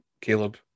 Caleb